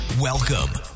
welcome